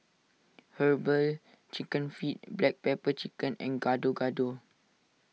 Herbal Chicken Feet Black Pepper Chicken and Gado Gado